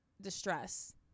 distress